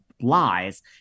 lies